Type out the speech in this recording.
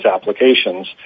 applications